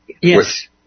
Yes